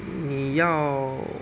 你要